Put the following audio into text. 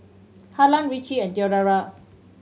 Harlan Richie and Theodora